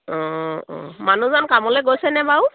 অঁ অঁ মানুহজন কামলৈ গৈছেনে বাৰু